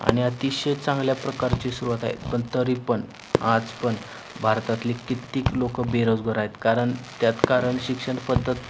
आणि अतिशय चांगल्या प्रकारची सुरुवात आहे पण तरी पण आज पण भारतातली कित्येक लोकं बेरोजगार आहेत कारण त्यात कारण शिक्षण पद्धत